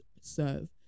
serve